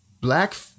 black